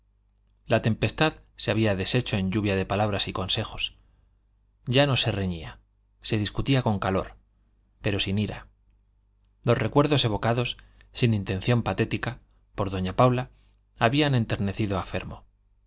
la tempestad se había deshecho en lluvia de palabras y consejos ya no se reñía se discutía con calor pero sin ira los recuerdos evocados sin intención patética por doña paula habían enternecido a fermo